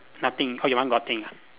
nothing oh your one got thing ah